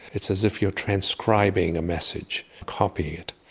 it's as if you are transcribing a message, copying it.